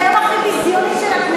זה היום הכי ביזיוני של הכנסת.